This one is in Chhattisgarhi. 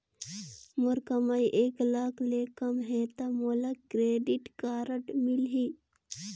मोर कमाई एक लाख ले कम है ता मोला क्रेडिट कारड मिल ही?